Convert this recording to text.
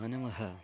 मानवः